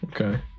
okay